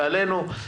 ועלינו.